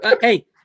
Hey